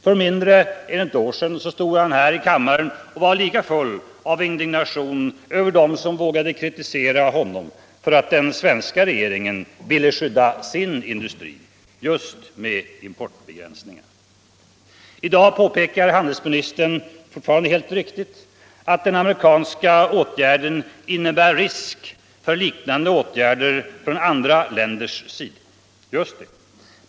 För mindre än ett år sedan stod han här i kammaren och var lika full av indignation över dem som vågade kritisera honom för att den svenska regeringen ville skydda sin industri — just med importbegränsningar. I dag påpekar handelsministern, fortfarande helt riktigt, att den amerikanska åtgärden innebär risk för liknande åtgärder från andra länders sida. Just det.